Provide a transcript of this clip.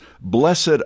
Blessed